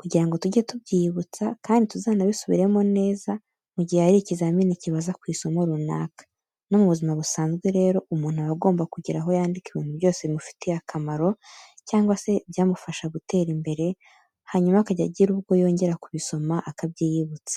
kugira ngo tujye tubyiyibutsa kandi tuzanabisubiremo neza mu gihe hari ikizamini kibaza ku isomo runaka. No mu buzima busanzwe rero umuntu aba agomba kugira aho yandika ibintu byose bimufitiye akamaro cyangwa se ibyamufasha gutera imbere hanyuma akajya agira ubwo yongera kubisoma akabyiyibutsa.